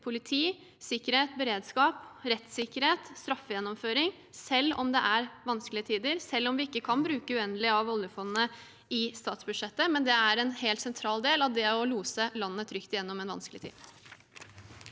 politi, sikkerhet, beredskap, rettssikkerhet og straffegjennomføring selv om det er vanskelige tider, og selv om vi ikke kan bruke uendelig av oljefondet i statsbudsjettet. Det er en helt sentral del av det å lose landet trygt gjennom en vanskelig tid.